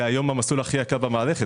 שזה היום המסלול הכי יקר במערכת,